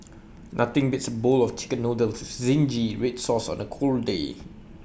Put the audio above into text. nothing beats A bowl of Chicken Noodles with Zingy Red Sauce on A cold day